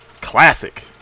Classic